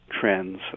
trends